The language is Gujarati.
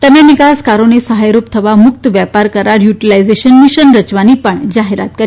તેમણે નિકાસકારોને સહાયરૂપ થવા મુક્ત વેપાર કરાર યુટીલાઇઝેશન મિશન રચવાની પક્ષ જાહેરાત કરી